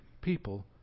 people